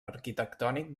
arquitectònic